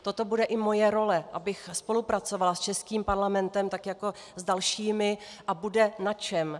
Toto bude i moje role, abych spolupracovala s českým parlamentem tak jako s dalšími, a bude na čem.